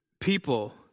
people